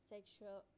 Sexual